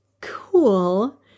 cool